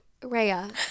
Raya